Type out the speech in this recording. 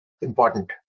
important